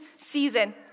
season